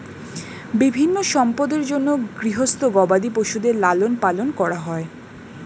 বিভিন্ন সম্পদের জন্যে গৃহস্থ গবাদি পশুদের লালন পালন করা হয়